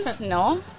No